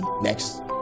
Next